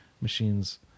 machines